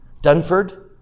Dunford